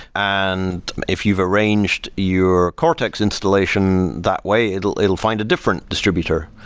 and if you've arranged your cortex installation that way, it'll it'll find a different distributor.